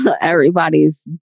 everybody's